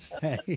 say